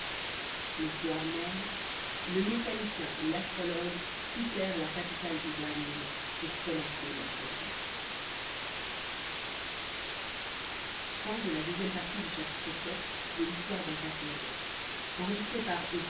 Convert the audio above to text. le soir même le mécanicien et l'astrologue quittèrent la capitale du royaume pour commencer leurs recherches